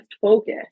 focus